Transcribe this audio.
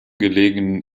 gelegenen